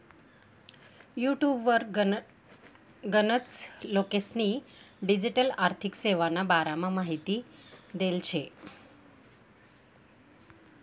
युटुबवर गनच लोकेस्नी डिजीटल आर्थिक सेवाना बारामा माहिती देल शे